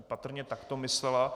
Patrně tak to myslela.